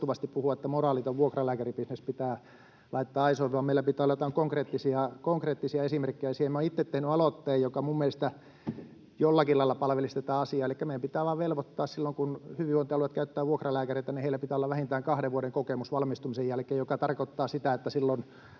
puhua, että moraaliton vuokralääkäribisnes pitää laittaa aisoihin, vaan meillä pitää olla jotain konkreettisia esimerkkejä siihen. Minä olen itse tehnyt aloitteen, joka minun mielestäni jollakin lailla palvelisi tätä asiaa, elikkä meidän pitää vain velvoittaa, että silloin, kun hyvinvointialueet käyttävät vuokralääkäreitä, heillä pitää olla vähintään kahden vuoden kokemus valmistumisen jälkeen, joka tarkoittaa sitä, että silloin